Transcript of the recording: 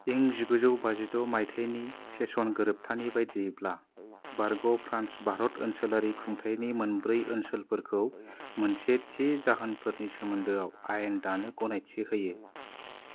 इं जिगुजौ बाजिद' माइथायनि सेसन गोरोबथानि बायदियैब्ला बारग फ्रान्स भारत ओनसोलारि खुंथाइनि मोनब्रै ओनसोलफोरखौ मोनसे थि जाहोनफोरनि सोमोन्दोयाव आयेन दानो गनायथि होयो